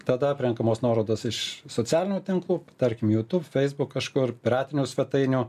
tada aprenkamos nuorodos iš socialinių tinklų tarkim youtube facebook kažkur piratinių svetainių